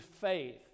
faith